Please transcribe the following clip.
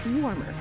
Warmer